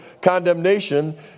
condemnation